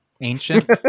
ancient